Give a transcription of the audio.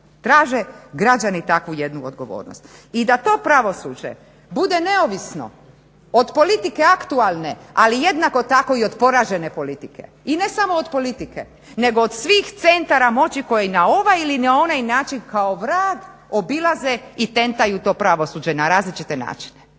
traže građani takvu jednu odgovornost. I da to pravosuđe bude neovisno od koliko aktualne ali jednako tako i od poražene politike. I ne samo od politike nego od svih centara moći koji na ovaj ili onaj način kao vrag obilaze i tentaju to pravosuđe na različite načine.